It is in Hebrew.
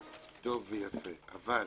טוב ויפה, אבל